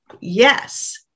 Yes